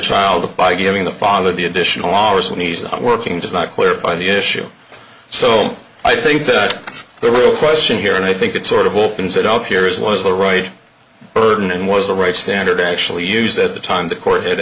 child by giving the father the additional hours when he's not working does not clear by the issue so i think that the real question here and i think it sort of opens it up here is was the right burden and was the right standard actually used at the time the court h